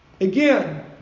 Again